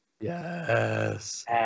Yes